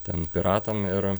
ten piratam ir